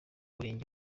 murenge